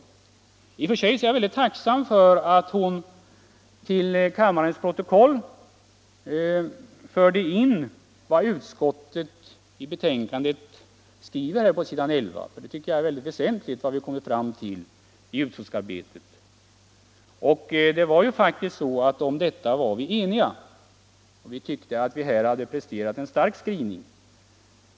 I och för sig är jag tacksam för att hon i kammarens protokoll förde in vad: utskottet i betänkandet skriver på s. 11 och 12 — jag tycker att vad vi kommit fram till i utskottsarbetet är mycket väsentligt. Det var ju faktiskt så, att om detta var vi eniga, och vi tyckte att vi här hade presterat en stark skrivning.